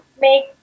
make